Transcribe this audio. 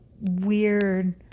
weird